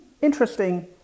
interesting